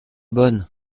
bonne